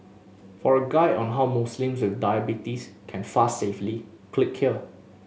for a guide on how Muslims with diabetes can fast safely click here